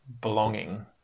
belonging